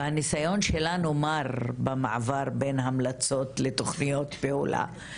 והנסיון שלנו מר במעבר בין המלצות לתכניות פעולה.